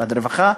משרד הרווחה,